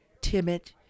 timid